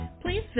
Please